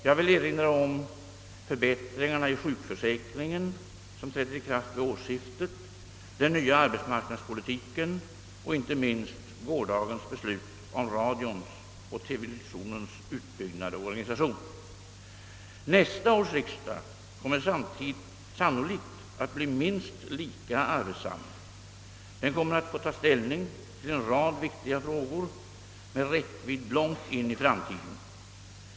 Jag vill erinra om de betydande förbättringar i sjukförsäkringen, som träder i kraft vid årsskiftet, den nya arbetsmarknadspolitiken och inte minst gårdagens beslut om radions och televisionens utbyggnad och organisation. Nästa års riksdag kommer sannolikt att bli minst lika arbetsam. Den kommer att få ta ställning till en rad viktiga frågor med räckvidd långt in i framtiden.